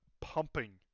pumping